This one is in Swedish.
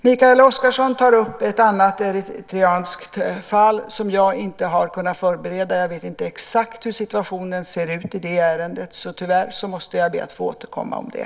Mikael Oscarsson tar upp ett annat eritreanskt fall, som jag inte har kunnat förbereda. Jag vet inte exakt hur situationen är i det ärendet, och måste tyvärr be att få återkomma om det.